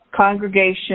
congregation